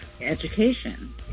education